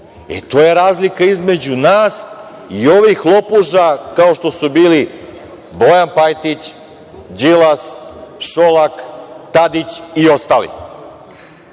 E, to je razlika između nas i ovih lopuža kao što su bili Bojan Pajtić, Đilas, Šolak, Tadić i ostali. Još